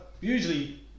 usually